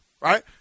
right